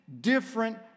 different